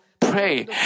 pray